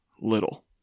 little